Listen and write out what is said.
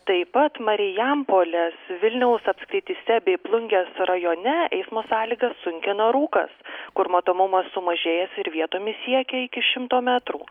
taip pat marijampolės vilniaus apskrityse bei plungės rajone eismo sąlygas sunkina rūkas kur matomumas sumažėjęs ir vietomis siekia iki šimto metrų